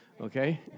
Okay